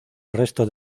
resto